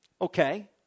Okay